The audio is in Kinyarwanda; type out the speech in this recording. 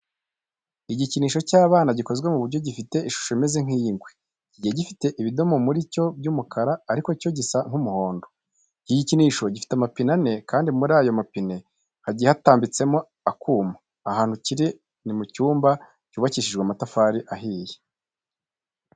Igikinisho cy'abana gikoze mu buryo gifite ishusho imeze nk'iy'ingwe, kigiye gifite ibidomo muri cyo by'umukara ariko cyo gisa nk'umuhondo. Iki gikinisho gifite amapine ane kandi muri ayo mapine hagiye hatambitsemo akuma. Ahantu kiri ni mu cyumba cyubakishjije amatafari ahiye.